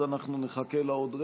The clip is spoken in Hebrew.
אז אנחנו נחכה לה עוד רגע.